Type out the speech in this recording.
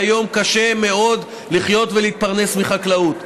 היום קשה מאוד לחיות ולהתפרנס מחקלאות.